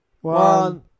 One